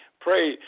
pray